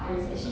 mm